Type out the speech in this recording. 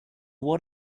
what